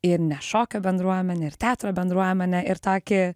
ir ne šokio bendruomenę ir teatro bendruomenę ir tokį